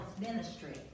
ministry